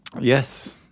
Yes